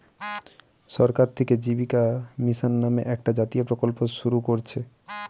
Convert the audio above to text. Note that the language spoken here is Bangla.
সরকার থিকে জীবিকা মিশন নামে একটা জাতীয় প্রকল্প শুরু কোরছে